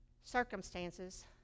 circumstances